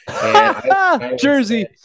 Jersey